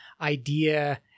idea